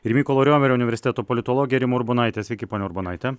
ir mykolo riomerio universiteto politologė rima urbonaitė sveiki ponia urbonaite